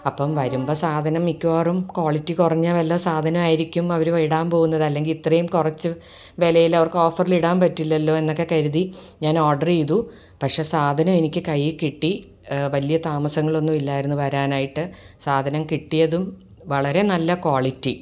അപ്പോൾ വരുമ്പോൾ സാധനം മിക്കവാറും ക്വാളിറ്റി കുറഞ്ഞ വല്ല സാധനം ആയിരിക്കും അവർ ഇടാൻ പോകുന്നത് അല്ലെങ്കിൽ ഇത്രയും കുറച്ച് വിലയിൽ അവർക്ക് ഓഫറിൽ ഇടാൻ പറ്റില്ലല്ലോ എന്നൊക്കെ കരുതി ഞാൻ ഓർഡർ ചെയ്തു പക്ഷേ സാധനം എനിക്ക് കയ്യിൽ കിട്ടി വലിയ താമസങ്ങൾ ഒന്നുമില്ലായിരുന്നു വരാനായിട്ട് സാധനം കിട്ടിയതും വളരെ നല്ല ക്വാളിറ്റി